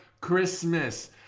Christmas